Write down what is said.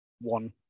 one